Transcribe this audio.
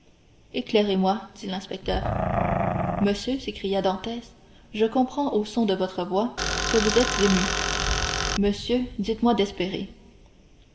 éclairez-moi dit l'inspecteur monsieur s'écria dantès je comprends au son de votre voix que vous êtes ému monsieur dites-moi d'espérer